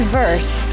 verse